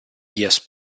years